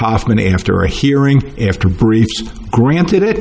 hoffman after a hearing after a brief granted it